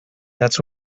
that’s